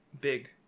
big